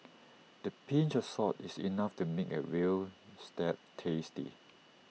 the pinch of salt is enough to make A Veal Stew tasty